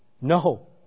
No